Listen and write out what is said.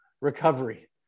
recovery